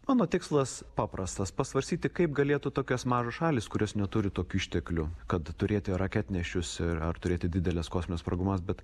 mano tikslas paprastas pasvarstyti kaip galėtų tokios mažos šalys kurios neturi tokių išteklių kad turėti raketnešius ir ar turėti dideles kosmines programas bet